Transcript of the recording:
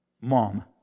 MOM